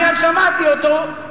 אני רק שמעתי אותו,